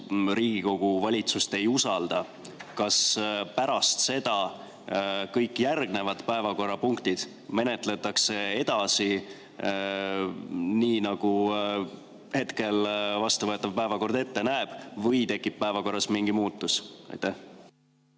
Riigikogu valitsust ei usalda, siis kas pärast seda kõiki järgnevaid päevakorrapunkte menetletakse edasi nii, nagu hetkel vastuvõetav päevakord ette näeb, või tekib päevakorras mingi muutus? Aitäh,